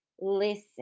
Listen